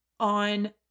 on